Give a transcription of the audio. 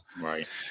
right